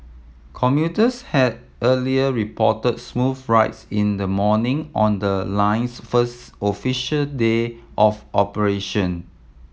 commuters had earlier reported smooth rides in the morning on the line's first official day of operation